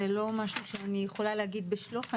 זה לא משהו שאני יכולה להגיד בשלוף.